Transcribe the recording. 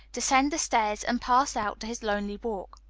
descend the stairs, and pass out to his lonely walk.